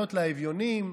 מתנות לאביונים?